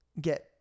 get